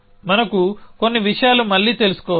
మనకు కొన్ని విషయాలు మళ్లీ తెలుసుకోవాలి